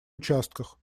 участках